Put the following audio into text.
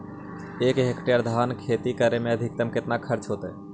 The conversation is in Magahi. एक हेक्टेयर धान के खेती करे में अधिकतम केतना खर्चा होतइ?